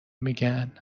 میگن